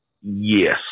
Yes